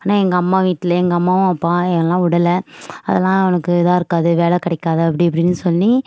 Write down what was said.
ஆனால் எங்கள் அம்மா வீட்டில எங்கள் அம்மாவும் அப்பா எல்லாம் உடலை அதெல்லாம் அவளுக்கு இதாக இருக்காது வேலை கிடைக்காது அப்படி இப்படின்னு சொல்லி